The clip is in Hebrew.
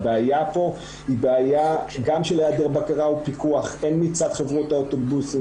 הבעיה פה היא בעיה גם של היעדר בקרה ופיקוח הן מצד חברות האוטובוסים